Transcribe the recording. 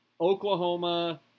Oklahoma